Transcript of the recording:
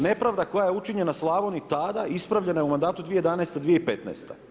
Nepravda koja je učinjena Slavoniji tada ispravljena je u mandatu 2011./2015.